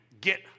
get